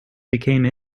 became